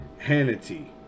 Hannity